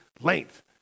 length